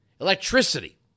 electricity